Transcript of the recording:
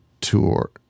tour